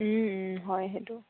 হয় সেইটো